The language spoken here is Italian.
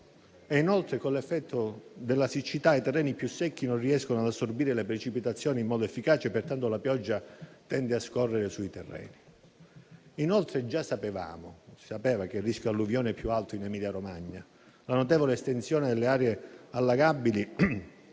Inoltre, con l'effetto della siccità i terreni più secchi non riescono ad assorbire le precipitazioni in modo efficace, pertanto la pioggia tende a scorrere sui terreni. Inoltre, già sapevamo che il rischio di alluvioni è più alto in Emilia-Romagna. La notevole estensione delle aree allagabili